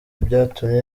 byatumye